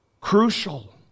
Crucial